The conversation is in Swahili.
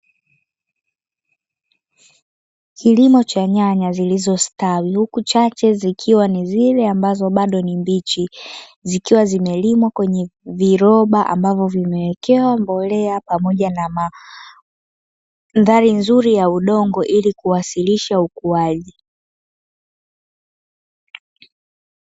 Kilimo cha nyanya zilizostawi, huku chache zikiwa ni zile ambazo bado ni mbichi. Zikiwa zimelimwa kwenye viroba ambavyo vimewekewa mbolea pamoja na mandhari nzuri ya udongo, ili kuwasilisha ukuaji.